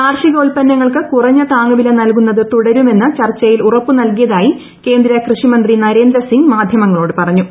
കാർഷികോത്പന്നങ്ങൾക്ക് കൂറ്ഞ്ഞ താങ്ങു വില നൽകുന്നത് തുടരുമെന്ന് ചർച്ചയിൽ ഉറപ്പും നൽകിയതായി കേന്ദ്ര കൃഷി മന്ത്രി നരേന്ദ്ര സിങ്ങ് മാധ്യമങ്ങ് ളോട് പറഞ്ഞു